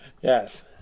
Yes